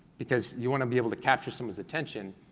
because you wanna be able to capture someone's attention,